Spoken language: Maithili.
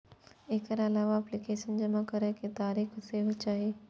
एकर अलावा एप्लीकेशन जमा करै के तारीख सेहो चाही